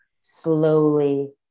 slowly